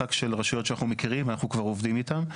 משחק של רשויות שאנחנו מכירים ואנחנו כבר עובדים איתן.